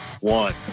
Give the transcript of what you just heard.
one